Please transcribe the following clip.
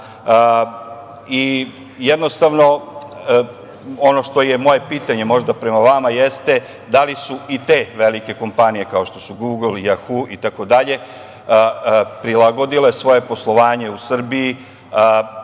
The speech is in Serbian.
dana. Jednostavno, ono što je moje pitanje, možda prema vama, jeste da li su i te velike kompanije, kao što su „Gugl“, „Jahu“ itd. prilagodile svoje poslovanje u Srbiji